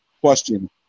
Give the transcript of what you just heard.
question